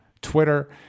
Twitter